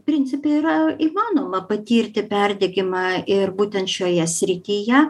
principe yra įmanoma patirti perdegimą ir būtent šioje srityje